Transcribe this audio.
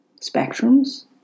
spectrums